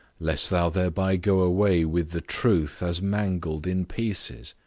lest thou thereby go away with the truth as mangled in pieces.